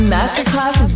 Masterclass